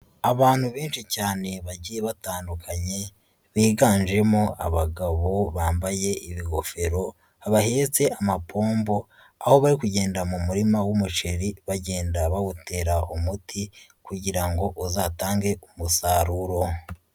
Abantu benshi cyane bagiye batandukanye biganjemo abagabo bambaye ibigofero bahetse amapombo, aho bari kugenda mu murima w'umuceri bagenda bawutera umuti kugira ngo uzatange umusaruro.